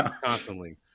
constantly